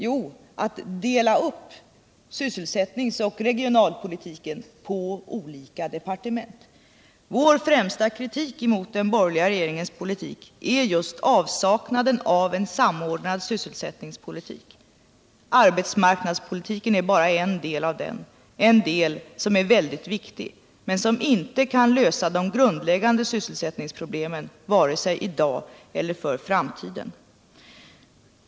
Jo, den delade upp sysselsättningsoch regionalpolitiken på olika departement. Vår främsta kritik mot den borgerliga regeringens politik är just avsaknaden av en samordnad sysselsättningspolitik. Arbetsmarknadspolitiken är bara en del av den —-en del som är väldigt viktig men som inte kan lösa de grundläggande sysselsättningsproblemen vare sig i dag eller i framtiden.